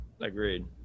agreed